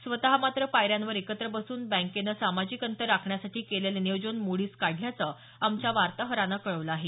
स्वत मात्र पायऱ्यांवर एकत्र बसून बँकेनं सामजिक अंतर राखण्यासाठी केलेलं नियोजन मोडीत काढल्याचं आमच्या वार्ताहरानं कळवलं आहे